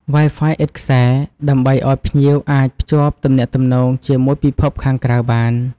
Wi-Fi ឥតខ្សែ ដើម្បីឲ្យភ្ញៀវអាចភ្ជាប់ទំនាក់ទំនងជាមួយពិភពខាងក្រៅបាន។